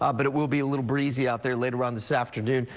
out but it will be a little breezy out there later um this afternoon.